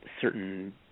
Certain